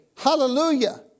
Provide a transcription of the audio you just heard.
Hallelujah